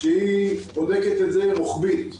שהיא בודקת את זה רוחבית ואומרת: